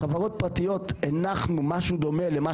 חברות פרטיות הנחנו משהו דומה למה